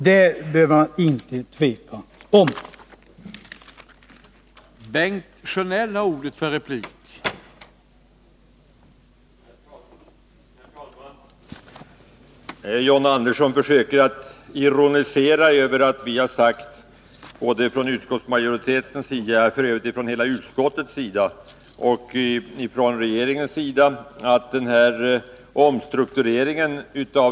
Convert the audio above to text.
Det behöver vi inte tvivla på.